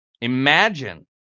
Imagine